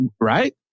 right